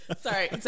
Sorry